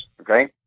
okay